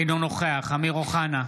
אינו נוכח אמיר אוחנה,